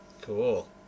cool